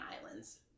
Islands